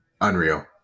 unreal